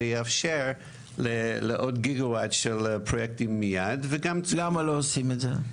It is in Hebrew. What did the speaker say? זה יאפשר לעוד --- של פרויקטים מיד --- למה לא עושים את זה?